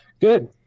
Good